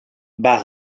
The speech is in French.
bas